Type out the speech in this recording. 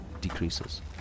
decreases